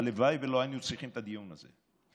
הלוואי שלא היינו צריכים את הדיון הזה.